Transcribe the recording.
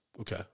Okay